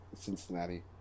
Cincinnati